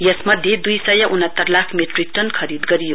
यसमध्ये दुई उनात्तर लाख मेट्रिक टन खरीद गरियो